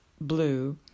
blue